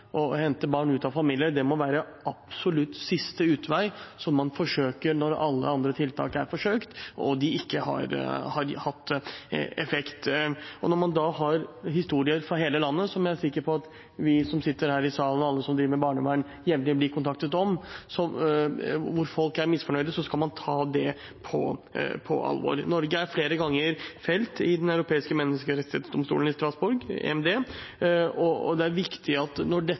hente barn ut av familier må være en absolutt siste utvei, som man forsøker når alle andre tiltak er forsøkt, og de ikke har hatt effekt. Når man da får historier fra hele landet – som jeg er sikker på at vi som sitter her i salen, og alle som driver med barnevern, jevnlig blir kontaktet om – hvor folk er misfornøyd, skal man ta det på alvor. Norge er flere ganger felt i Den europeiske menneskerettsdomstol i Strasbourg, EMD, og det er viktig når dette